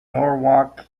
norwalk